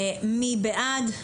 מי בעד?